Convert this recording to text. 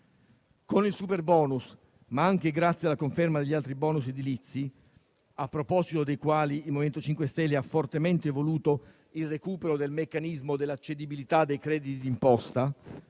Con il superbonus, ma anche grazie alla conferma degli altri bonus edilizi, a proposito dei quali il MoVimento 5 Stelle ha fortemente voluto il recupero del meccanismo della cedibilità dei crediti di imposta,